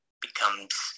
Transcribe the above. becomes